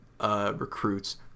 recruits